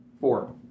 Four